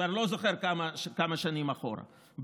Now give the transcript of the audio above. אני כבר לא זוכר כמה שנים אחורה,